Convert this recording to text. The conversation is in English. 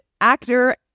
actor